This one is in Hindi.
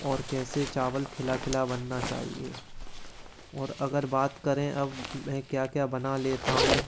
और कैसे चावल खिला खिला बनना चाहिए और अगर बात करें अब मैं क्या क्या बना लेता हूँ